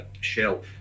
shell